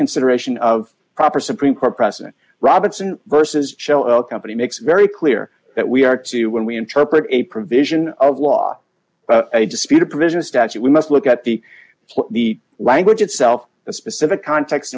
consideration of proper supreme court precedent robinson vs shell oil company makes very clear that we are to when we interpret a provision of law a disputed provision statute we must look at the the language itself the specific context